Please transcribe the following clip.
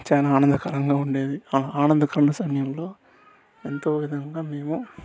చాలా ఆనందకరంగా ఉండేది ఆ ఆనందకర సమయంలో ఎంతో విధంగా మేము